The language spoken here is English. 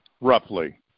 Roughly